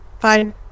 fine